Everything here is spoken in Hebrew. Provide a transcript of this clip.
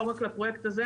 לא רק לפרויקט הזה,